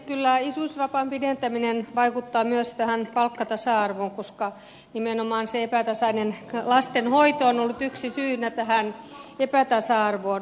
kyllä isyysvapaan pidentäminen vaikuttaa myös palkkatasa arvoon koska nimenomaan se epätasainen lastenhoito on ollut yksi syy tähän epätasa arvoon